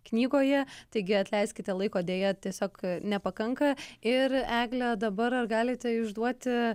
knygoje taigi atleiskite laiko deja tiesiog nepakanka ir egle dabar ar galite išduoti